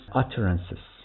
utterances